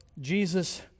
Jesus